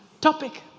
topic